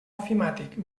ofimàtic